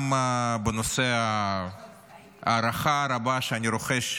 גם בנושא ההערכה הרבה שאני רוחש